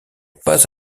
pas